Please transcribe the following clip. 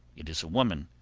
it is a woman.